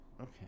okay